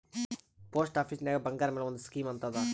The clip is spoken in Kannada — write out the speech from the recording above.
ಪೋಸ್ಟ್ ಆಫೀಸ್ನಾಗ್ ಬಂಗಾರ್ ಮ್ಯಾಲ ಒಂದ್ ಸ್ಕೀಮ್ ಅಂತ್ ಅದಾ